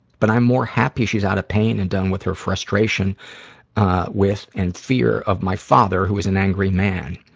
but i'm more happy that she's out of pain and done with her frustration with and fear of my father, who is an angry man.